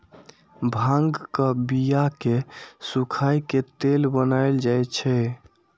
भांगक बिया कें सुखाए के तेल बनाएल जाइ छै